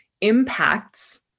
impacts